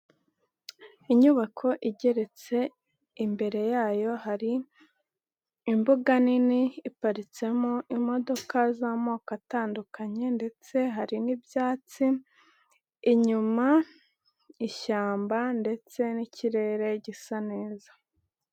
Inyubako igeretse imbere yayo hari imbuga nini iparitsemo imodoka z'amoko atandukanye ndetse hari n'ibyatsi, inyuma ishyamba ndetse n'ikirere gisa neza.